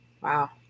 Wow